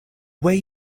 way